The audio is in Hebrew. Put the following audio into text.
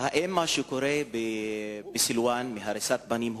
האם מה שקורה בסילואן, הריסת בתים,